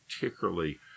particularly